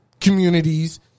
Communities